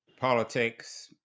politics